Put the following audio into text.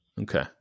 Okay